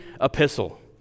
epistle